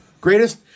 Greatest